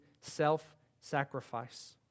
self-sacrifice